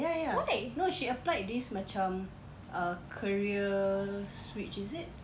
ya ya no she applied this macam uh career switch is it